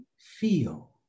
feel